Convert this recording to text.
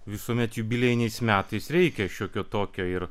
visuomet jubiliejiniais metais reikia šiokio tokio ir